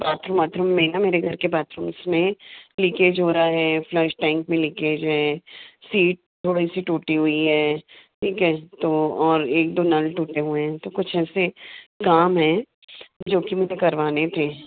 bathroom वाथरूम में ना मेरे घर के बाथरूम्स में लीकेज हो रहा है फ्लश टैंक में लीकेज है सीट थोड़ी सी टूटी हुई है ठीक है तो एक दो नल टूटे हुए हैं तो कुछ ऐसे काम हैं जो कि मुझे करवाने थे